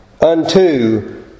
unto